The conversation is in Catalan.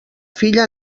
filla